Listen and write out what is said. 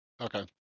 Okay